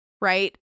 right